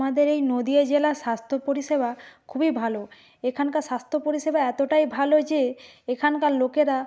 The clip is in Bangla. আমাদের এই নদিয়া জেলার স্বাস্ত্য পরিষেবা খুবই ভালো এখানকার স্বাস্থ্য পরিষেবা এতোটাই ভালো যে এখানকার লোকেরা